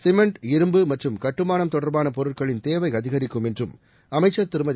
cement இரும்பு மற்றும் கட்டுமானம் தொடர்பான பொருட்களின் தேவை அதிகரிக்கும் என்றும் அமைச்சர் திருமதி